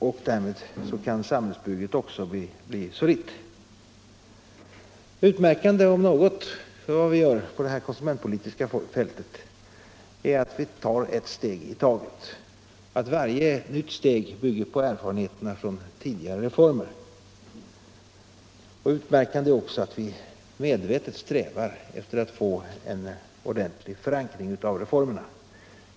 Då kan också samhällsbyggandet bli solitt. Om något är utmärkande för vad vi gör på det konsumentpolitiska fältet, så är det att vi tar ett steg i taget och att varje nytt steg bygger på erfarenheterna från tidigare reformer. Likaså är det utmärkande att vi medvetet strävar efter att få en fast förankring av reformerna.